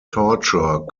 torture